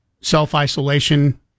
self-isolation